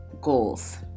goals